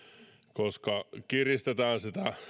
koska kiristetään